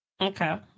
Okay